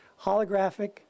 holographic